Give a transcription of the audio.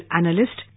analyst